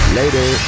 later